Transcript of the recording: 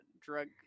drug